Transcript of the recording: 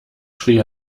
schrie